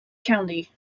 county